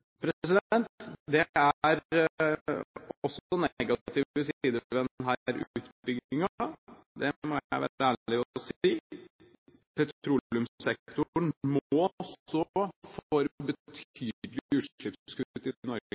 også negative sider ved denne utbyggingen – det må jeg være ærlig og si. Petroleumssektoren må stå for betydelige utslippskutt i Norge